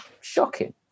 shocking